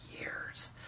years